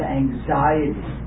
anxiety